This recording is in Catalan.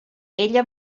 ella